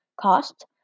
cost